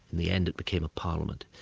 in the end it became a parliament.